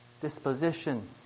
disposition